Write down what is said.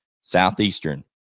Southeastern